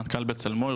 מנכ״ל ׳בצלמו׳,